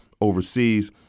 overseas